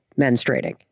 menstruating